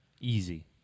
Easy